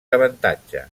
avantatge